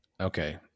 Okay